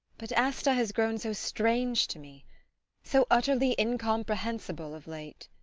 but asta has grown so strange to me so utterly incomprehensible of late.